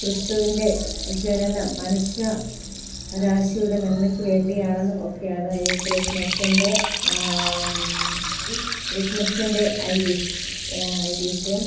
ക്രിസ്തുവിൻ്റെ ജനനം മനുഷ്യ രാശിയുടെ നന്മക്ക് വേണ്ടിയാണെന്നും ഒക്കെയാണ് ഈ ക്രിസ്മസിൻ്റെ ക്രിസ്മസിൻ്റെ ഐതിഹ്യം